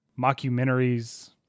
mockumentaries